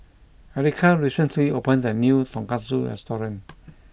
Erica recently opened a new Tonkatsu restaurant